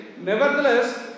nevertheless